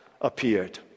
appeared